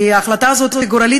כי ההחלטה הזאת גורלית,